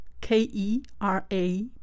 K-E-R-A